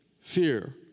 fear